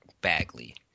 Bagley